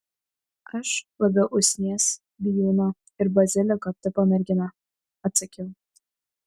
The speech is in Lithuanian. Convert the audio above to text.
aš labiau usnies bijūno ir baziliko tipo mergina atsakiau